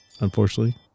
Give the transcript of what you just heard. unfortunately